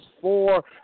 four